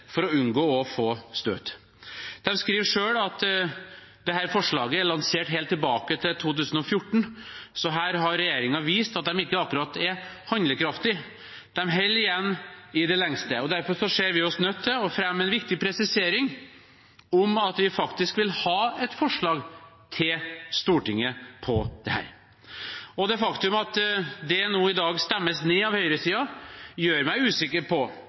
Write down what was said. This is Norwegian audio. for å unngå å få støt. De skriver selv at dette forslaget er lansert helt tilbake til 2014, så her har regjeringen vist at de ikke akkurat er handlekraftige. De holder igjen i det lengste. Derfor ser vi oss nødt til å fremme en viktig presisering om at vi faktisk vil ha et forslag til Stortinget om dette. Det faktum at det i dag stemmes ned av høyresiden, gjør meg usikker på